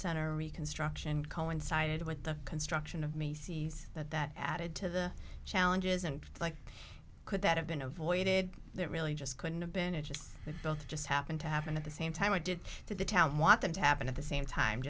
center reconstruction coincided with the construction of macy's that that added to the challenge isn't like could that have been avoided that really just couldn't have been it just it just happened to happen at the same time i did to the town want them to happen at the same time